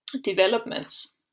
developments